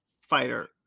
fighter